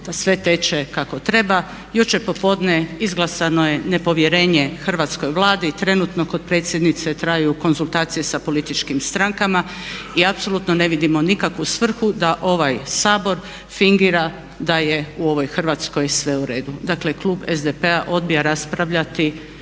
da sve teče kako treba. Jučer popodne izglasano je nepovjerenje hrvatskoj Vladi. Trenutno kod predsjednice traju konzultacije sa političkim strankama i apsolutno ne vidimo nikakvu svrhu da ovaj Sabor fingira da je u ovoj Hrvatskoj sve u redu. Dakle, klub SDP-a odbija raspravljati